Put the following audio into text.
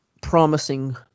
promising